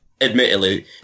admittedly